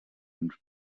uns